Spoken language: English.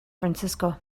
francisco